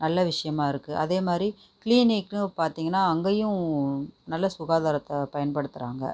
நல்ல விஷயமாக இருக்குது அதே மாதிரி கிளீனிக்கும் பார்த்தீங்கன்னா அங்கேயும் நல்லா சுகாதாரத்தை பயன்படுத்துகிறாங்க